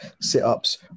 sit-ups